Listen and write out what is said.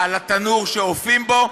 על התנור שאופים בו?